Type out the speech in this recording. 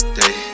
day